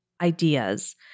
ideas